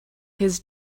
his